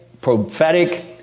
prophetic